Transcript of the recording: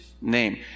name